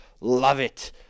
love-it